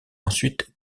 ensuite